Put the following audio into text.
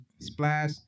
Splash